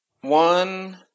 One